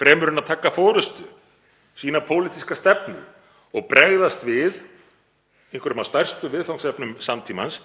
fremur en að taka forystu, sýna pólitíska stefnu og bregðast við einhverjum af stærstu viðfangsefnum samtímans